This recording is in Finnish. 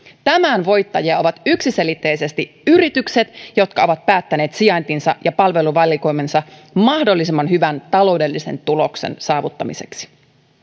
tämän voittajia ovat yksiselitteisesti yritykset jotka ovat päättäneet sijaintinsa ja palveluvalikoimansa mahdollisimman hyvän taloudellisen tuloksen saavuttamiseksi